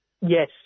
Yes